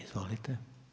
Izvolite.